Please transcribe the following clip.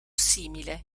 simile